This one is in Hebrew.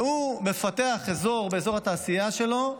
והוא מפתח אזור באזור התעשייה שלו,